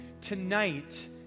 tonight